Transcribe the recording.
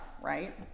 right